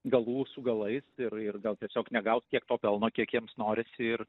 galų su galais ir ir gal tiesiog negaus tiek to pelno kiek jiems norisi ir